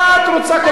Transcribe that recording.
מה את רוצה?